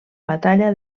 batalla